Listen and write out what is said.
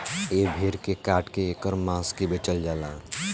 ए भेड़ के काट के ऐकर मांस के बेचल जाला